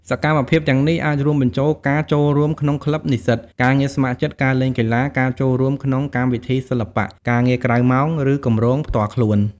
សកម្មភាពទាំងនេះអាចរួមបញ្ចូលការចូលរួមក្នុងក្លឹបនិស្សិត ការងារស្ម័គ្រចិត្ត ការលេងកីឡា ការចូលរួមក្នុងកម្មវិធីសិល្បៈ ការងារក្រៅម៉ោង ឬគម្រោងផ្ទាល់ខ្លួន។